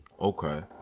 okay